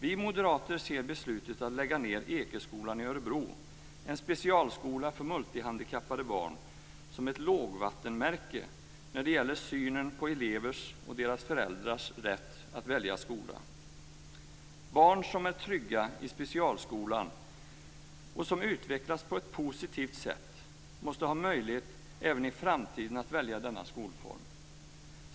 Vi moderater ser beslutet att lägga ned Ekeskolan i Örebro - en specialskola för multihandikappade barn - som ett lågvattenmärke när det gäller synen på elevers och deras föräldrars rätt att välja skola. Barn som är trygga i specialskolan och som utvecklas på ett positivt sätt måste ha möjlighet att även i framtiden välja denna skolform.